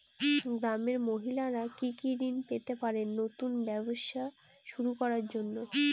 গ্রামের মহিলারা কি কি ঋণ পেতে পারেন নতুন ব্যবসা শুরু করার জন্য?